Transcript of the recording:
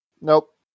Nope